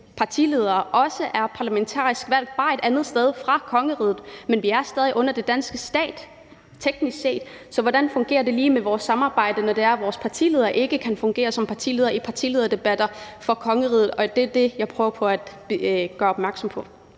partiledere også er parlamentarisk valgt, bare et andet sted fra kongeriget, men vi er stadig under den danske stat teknisk set. Så hvordan fungerer det lige med vores samarbejde, når det er, at vores partileder ikke kan fungere som partileder i partilederdebatter for kongeriget? Det er det, jeg prøver på at gøre opmærksom på.